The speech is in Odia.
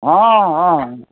ହଁ ହଁ